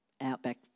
Outback